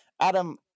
adam